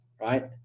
right